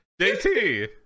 JT